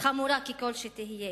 חמורה ככל שתהיה.